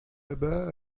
abat